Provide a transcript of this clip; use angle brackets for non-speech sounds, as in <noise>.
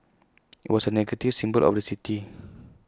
<noise> was A negative symbol of the city